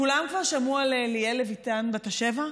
כולם כאן שמעו על ליאל לויטן בת השבע?